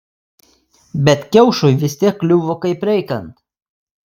bet kiaušui vis tiek kliuvo kaip reikiant